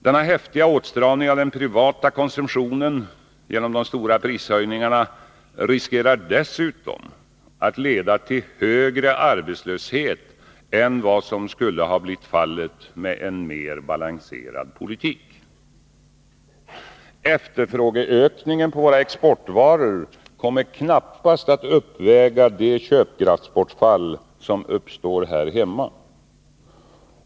Denna häftiga åtstramning av den privata konsumtionen genom de stora prishöjningarna riskerar dessutom att leda till högre arbetslöshet än vad som skulle blivit fallet med en mer balanserad politik. Efterfrågeökningen på våra exportvaror kommer knappast att uppväga det köpkraftsbortfall som uppstår här hemma.